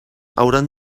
hauran